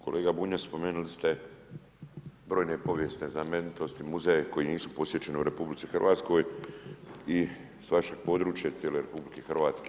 Kolega Bunjac, spomenuli ste brojne povijesne znamenitosti muzeja koji nisu posjećeni u RH i s našeg područja cijele RH.